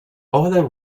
other